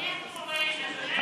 אדוני שר האוצר,